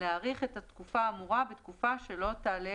להאריך את התקופה האמורה בתקופה שלא תעלה